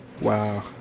Wow